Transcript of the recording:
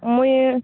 ମୁଁ